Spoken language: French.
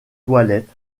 toilettes